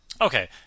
Okay